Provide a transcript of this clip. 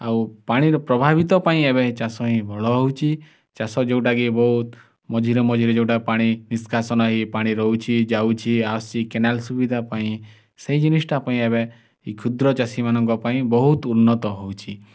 ଆଉ ପାଣିର ପ୍ରଭାବିତ ପାଇଁ ଏବେ ଚାଷ ହିଁ ଭଲ ହେଉଛି ଚାଷ ଯେଉଁଟାକି ବହୁତ ମଝିରେ ମଝିରେ ଯେଉଁଟା ପାଣି ନିଷ୍କାସନ ହୋଇ ପାଣି ରହୁଛି ଯାଉଛି ଆସୁଛି କେନାଲ୍ ସୁବିଧା ପାଇଁ ସେଇ ଜିନିଷଟା ପାଇଁ ଏବେ ଏଇ କ୍ଷୁଦ୍ର ଚାଷୀମାନଙ୍କ ପାଇଁ ବହୁତ ଉନ୍ନତ ହେଉଛି